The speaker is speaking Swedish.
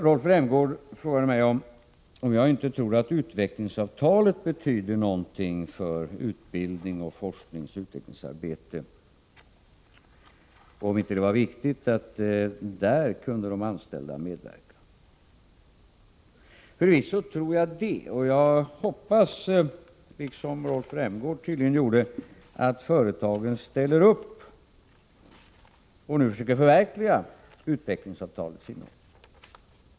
Rolf Rämgård frågade mig om jag inte tror att utvecklingsavtalet betyder någonting för utbildning och forskningsoch utvecklingsarbete och om inte det var viktigt att de anställda kunde medverka där. Förvisso tror jag det och hoppas, liksom Rolf Rämgård tydligen gjorde, att företagen ställer upp och nu försöker förverkliga utvecklingsavtalets innehåll.